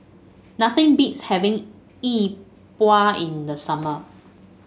nothing beats having Yi Bua in the summer